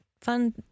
fun